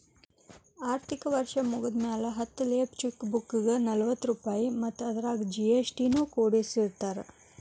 ಆರ್ಥಿಕ ವರ್ಷ್ ಮುಗ್ದ್ಮ್ಯಾಲೆ ಹತ್ತ ಲೇಫ್ ಚೆಕ್ ಬುಕ್ಗೆ ನಲವತ್ತ ರೂಪಾಯ್ ಮತ್ತ ಅದರಾಗ ಜಿ.ಎಸ್.ಟಿ ನು ಕೂಡಸಿರತಾರ